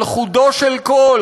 על חודו של קול,